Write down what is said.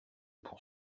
pour